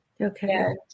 Okay